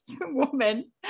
woman